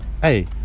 Hey